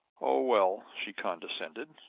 oh, well, she condescended,